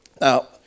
Now